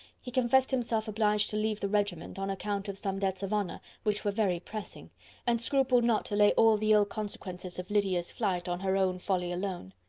he confessed himself obliged to leave the regiment, on account of some debts of honour, which were very pressing and scrupled not to lay all the ill-consequences of lydia's flight on her own folly alone.